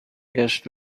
گشت